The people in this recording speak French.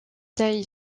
taille